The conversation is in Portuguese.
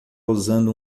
usando